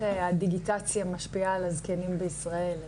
הדיגיטציה משפיעה על הזקנים בישראל.